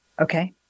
Okay